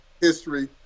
history